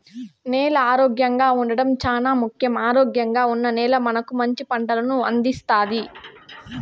నేల ఆరోగ్యంగా ఉండడం చానా ముఖ్యం, ఆరోగ్యంగా ఉన్న నేల మనకు మంచి పంటలను అందిస్తాది